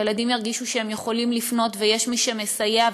הילדים ירגישו שהם יכולים לפנות ויש מי שמסייע,